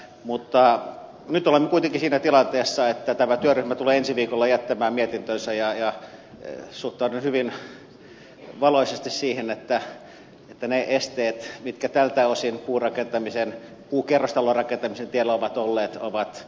mutta nyt olemme kuitenkin siinä tilanteessa että tämä työryhmä tulee ensi viikolla jättämään mietintönsä ja suhtaudun hyvin valoisasti siihen että ne esteet mitkä tältä osin puukerrostalorakentamisen tiellä ovat olleet ovat taakse jäänyttä elämää